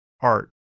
art